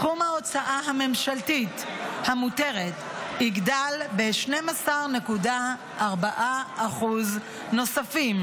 סכום ההוצאה הממשלתית המותרת יגדל ב-12.4% נוספים.